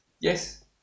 Yes